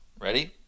Ready